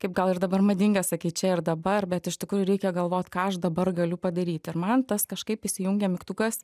kaip gal ir dabar madinga sakyt čia ir dabar bet iš tikrųjų reikia galvot ką aš dabar galiu padaryt ir man tas kažkaip įsijungia mygtukas